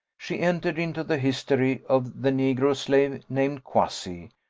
she entered into the history of the negro slave named quassi,